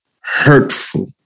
hurtful